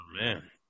man